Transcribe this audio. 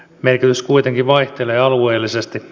merkitys kuitenkin vaihtelee alueellisesti